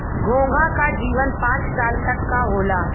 घोंघा क जीवन पांच साल तक क होला